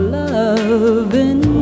loving